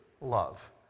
love